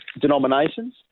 denominations